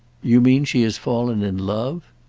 you mean she has fallen in love?